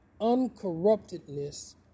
uncorruptedness